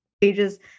pages